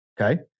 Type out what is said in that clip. Okay